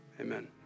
Amen